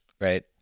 right